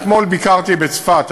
אתמול ביקרתי בצפת,